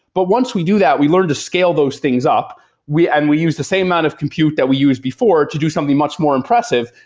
but once we do that we learned to scale those things up and we use the same amount of compute that we use before to do something much more impressive,